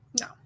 No